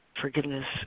forgiveness